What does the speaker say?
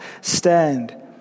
stand